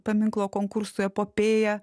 paminklo konkurso epopėją